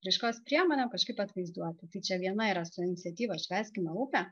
raiškos priemonėm kažkaip atvaizduoti tai čia viena yra su iniciatyva švęskime upę